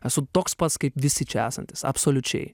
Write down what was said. esu toks pats kaip visi čia esantys absoliučiai